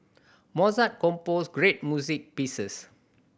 Mozart composed great music pieces